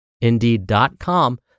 indeed.com